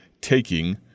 taking